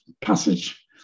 passage